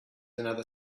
another